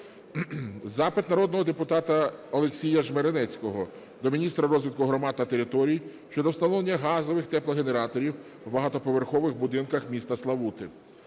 Запит народного депутата Олексія Жмеренецького до міністра розвитку громад та територій щодо встановлення газових теплогенераторів в багатоповерхових будинках міста Славута.